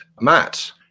matt